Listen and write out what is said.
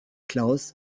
klaus